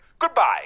Goodbye